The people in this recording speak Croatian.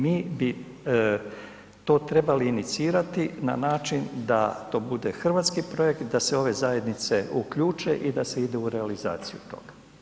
Mi bi to trebali inicirati na način da to bude hrvatski projekt, da se ove zajednice uključe i da se ide u realizaciju toga.